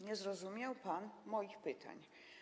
Nie zrozumiał pan moich pytań.